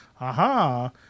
aha